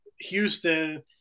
Houston